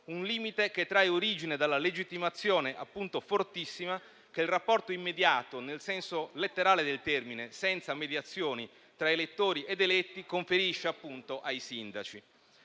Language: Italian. un limite che trae origine dalla legittimazione, appunto fortissima, che il rapporto immediato - nel senso letterale del termine, senza mediazioni tra elettori ed eletti - conferisce ai sindaci.